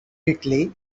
quickly